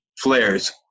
flares